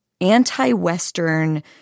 anti-Western